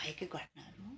भएकै घटनाहरू हो